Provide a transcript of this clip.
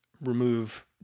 remove